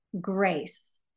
grace